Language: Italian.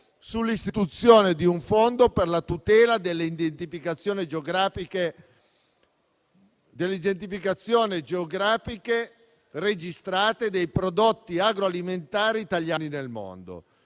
sull'istituzione di un fondo per la tutela delle indicazioni geografiche registrate dei prodotti agroalimentari italiani nel mondo.